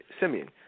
Simeon